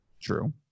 True